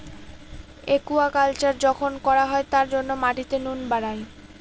aquaculture যখন করা হয় তার জন্য মাটিতে নুন বাড়ায়